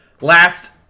Last